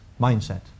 mindset